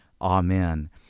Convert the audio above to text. amen